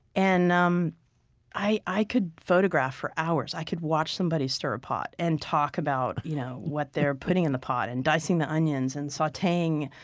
and um i i could photograph for hours. i could watch somebody stir a pot and talk about you know what they're putting in the pot, and dicing the onions and sauteing.